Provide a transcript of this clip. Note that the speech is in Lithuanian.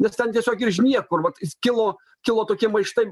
nes tiesiog iš niekur vat skilo kilo tokie maištai